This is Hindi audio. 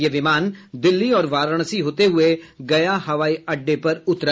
यह विमान दिल्ली और वाराणसी होते हुए गया हवाई अड्डे पर उतरा